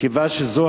מכיוון שזו